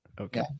Okay